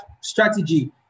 strategy